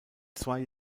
zwei